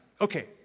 Okay